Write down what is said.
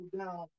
down